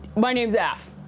my name's af.